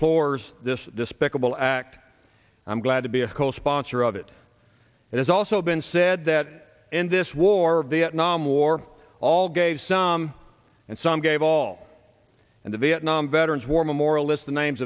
deplores this despicable act i'm glad to be a co sponsor of it it has also been said that in this war vietnam war all gave some and some gave all and the vietnam veterans war memorial list the names